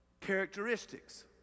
Characteristics